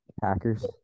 Packers